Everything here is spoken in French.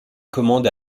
commande